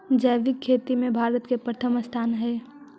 जैविक खेती में भारत के प्रथम स्थान हई